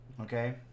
Okay